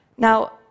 Now